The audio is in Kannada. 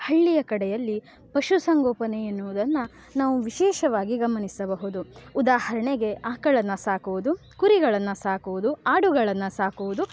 ಹಳ್ಳಿಯ ಕಡೆಯಲ್ಲಿ ಪಶುಸಂಗೋಪನೆ ಎನ್ನುವುದನ್ನು ನಾವು ವಿಶೇಷವಾಗಿ ಗಮನಿಸಬಹುದು ಉದಾಹರಣೆಗೆ ಆಕಳನ್ನು ಸಾಕುವುದು ಕುರಿಗಳನ್ನು ಸಾಕುವುದು ಆಡುಗಳನ್ನು ಸಾಕುವುದು